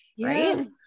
Right